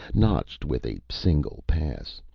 notched with a single pass.